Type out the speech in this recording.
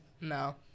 no